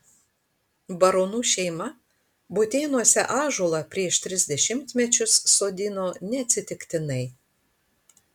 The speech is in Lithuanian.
baronų šeima butėnuose ąžuolą prieš tris dešimtmečius sodino neatsitiktinai